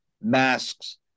masks